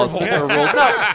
No